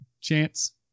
chance